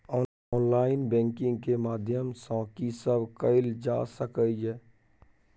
Online banking के माध्यम सं की सब कैल जा सके ये?